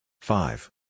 Five